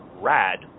Rad